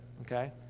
okay